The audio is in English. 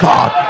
God